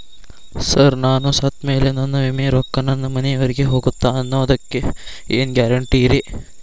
Sir ನಾನು ಸತ್ತಮೇಲೆ ನನ್ನ ವಿಮೆ ರೊಕ್ಕಾ ನನ್ನ ಮನೆಯವರಿಗಿ ಹೋಗುತ್ತಾ ಅನ್ನೊದಕ್ಕೆ ಏನ್ ಗ್ಯಾರಂಟಿ ರೇ?